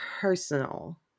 personal